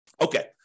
Okay